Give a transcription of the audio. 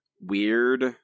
weird